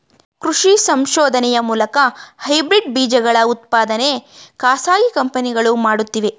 ಕೃಷಿ ಸಂಶೋಧನೆಯ ಮೂಲಕ ಹೈಬ್ರಿಡ್ ಬೀಜಗಳ ಉತ್ಪಾದನೆ ಖಾಸಗಿ ಕಂಪನಿಗಳು ಮಾಡುತ್ತಿವೆ